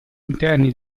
interni